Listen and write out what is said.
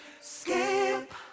Skip